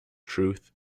truth